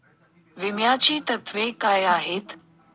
विम्याची तत्वे काय आहेत?